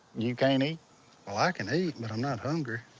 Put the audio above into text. you can't eat? oh i can eat, but i'm not hungry.